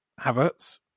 Havertz